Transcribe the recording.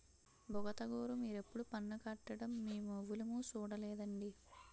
బుగతగోరూ మీరెప్పుడూ పన్ను కట్టడం మేమెవులుమూ సూడలేదండి